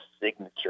signature